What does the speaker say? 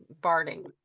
barding